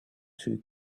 two